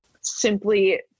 Simply